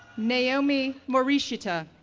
naomi morishita,